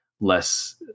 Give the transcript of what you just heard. less